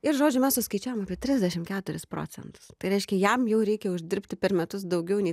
ir žodžiu mes suskaičiavom apie trisdešim keturis procentus tai reiškia jam jau reikia uždirbti per metus daugiau nei